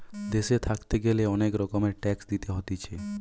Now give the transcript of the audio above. দেশে থাকতে গ্যালে অনেক রকমের ট্যাক্স দিতে হতিছে